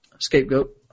Scapegoat